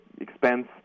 expense